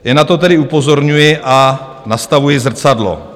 Jen na to tedy upozorňuji a nastavuji zrcadlo.